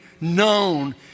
known